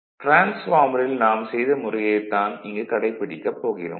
டிரான்ஸ்பார்மரில் நாம் செய்த முறையைத் தான் இங்கு கடைப்பிடிக்கப் போகிறோம்